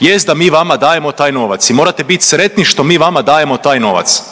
jest da mi vama dajemo taj novac i morate biti sretni što mi vama dajemo taj novac.